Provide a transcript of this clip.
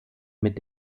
mit